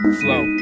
flow